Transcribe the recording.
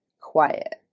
quiet